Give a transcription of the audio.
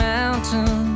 Mountain